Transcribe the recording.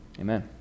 Amen